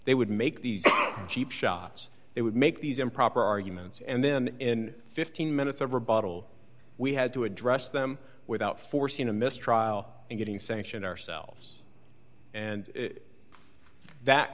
they would make these cheap shots they would make these improper arguments and then in fifteen minutes of a bottle we had to address them without forcing a mistrial and getting sanction ourselves and that